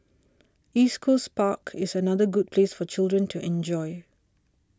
East Coast Park is another good place for children to enjoy